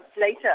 later